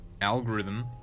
algorithm